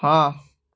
ହଁ